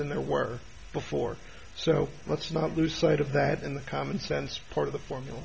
and there where before so let's not lose sight of that in the common sense part of the formula